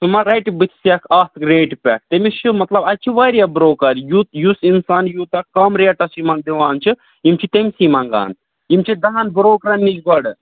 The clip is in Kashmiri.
سُہ مہ رَٹہِ بٕتھِ سیٚکھ اَتھ ریٹہِ پٮ۪ٹھ تٔمِس چھُ مطلب اَتہِ چھُ واریاہ بروکَر یُتھ یُس اِنسان یوٗتاہ اَکھ کَم ریٹَس یِمَن دِوان چھِ یِم چھِ تٔمسے منٛگان یِم چھِ دَہَن برٛوکرَن نِش گۄڈٕ